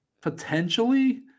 potentially